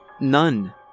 None